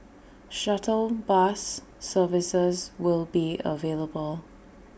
shuttle bus services will be available